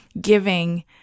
giving